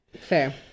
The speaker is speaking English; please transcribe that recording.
Fair